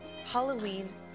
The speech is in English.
Halloween